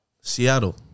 Seattle